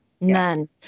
None